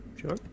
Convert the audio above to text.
sure